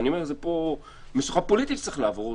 יש משוכה פוליטית שצריך לעבור,